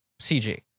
CG